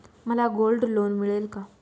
मला gold loan मिळेल का?